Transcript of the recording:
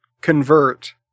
convert